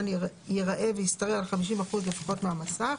ייראה וישתרע על 50 אחוזים לפחות מהמסך.